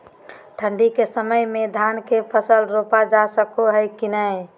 ठंडी के मौसम में धान के फसल रोपल जा सको है कि नय?